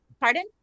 pardon